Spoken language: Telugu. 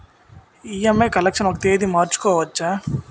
ఇ.ఎం.ఐ కలెక్షన్ ఒక తేదీ మార్చుకోవచ్చా?